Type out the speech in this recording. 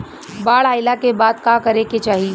बाढ़ आइला के बाद का करे के चाही?